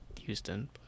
Houston